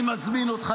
אני מזמין אותך,